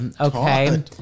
okay